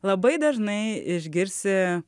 labai dažnai išgirsi